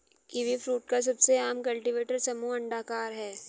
kiwifruit का सबसे आम कल्टीवेटर समूह अंडाकार है